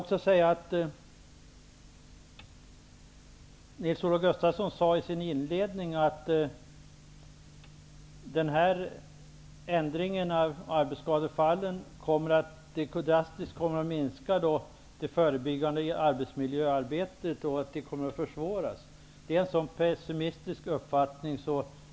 Nils-Olof Gustafsson sade i sitt inledningsanförande att förändringen av arbetsskadesjukpenningen drastiskt kommer att försvåra det förebyggande arbetsmiljöarbetet. Jag delar inte den pessimistiska uppfattningen.